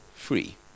free